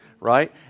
right